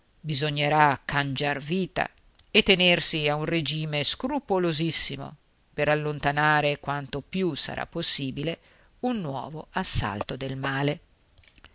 bisognerà cangiar vita e tenersi a un regime scrupolosissimo per allontanare quanto più sarà possibile un nuovo assalto del male